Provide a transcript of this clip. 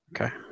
Okay